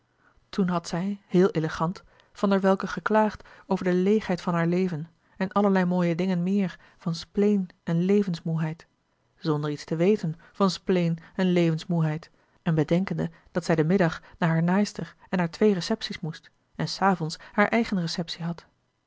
toen had zij heel elegant van der welcke geklaagd over de leêgheid van haar leven en allerlei mooie dingen meer van spleen en levensmoêheid zonder iets te weten van spleen en levensmoêheid en bedenkende dat zij den middag naar haar naaister en naar twee recepties moest en s avonds haar eigene receptie had